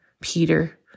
Peter